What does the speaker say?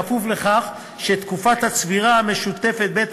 בכפוף לכך שתקופת הצבירה המשותפת בעת